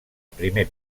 primer